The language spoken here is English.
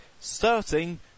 Starting